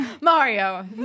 Mario